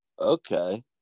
Okay